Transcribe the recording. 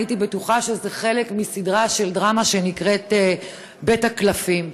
הייתי בטוחה שזה חלק מסדרת דרמה שנקראת "בית הקלפים".